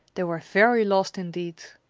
they were very lost indeed.